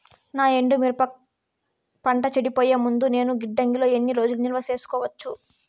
నా ఎండు మిరప పంట చెడిపోయే ముందు నేను గిడ్డంగి లో ఎన్ని రోజులు నిలువ సేసుకోవచ్చు?